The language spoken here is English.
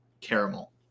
Caramel